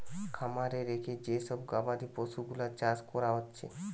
খামারে রেখে যে সব গবাদি পশুগুলার চাষ কোরা হচ্ছে